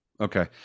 Okay